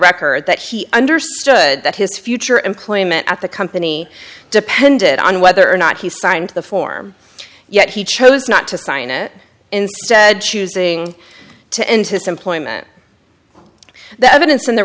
record that he understood that his future employment at the company depended on whether or not he signed the form yet he chose not to sign it in choosing to end his employment the evidence in the